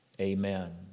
Amen